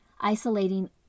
isolating